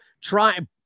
try –